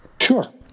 Sure